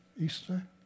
Easter